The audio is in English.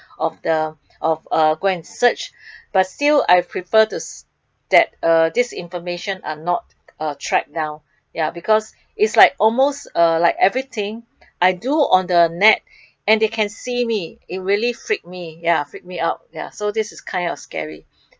of the of uh go and search but still I prefer to s~ that uh this information are not uh tracked down ya because it's like almost like everything I do on the net and they can see me it really freak me ya freak me out ya so this is kind of scary